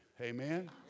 Amen